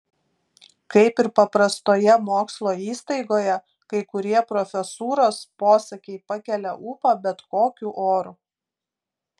kaip ir paprastoje mokslo įstaigoje kai kurie profesūros posakiai pakelia ūpą bet kokiu oru